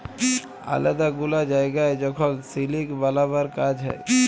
আলেদা গুলা জায়গায় যখল সিলিক বালাবার কাজ হ্যয়